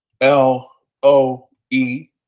L-O-E